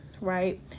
right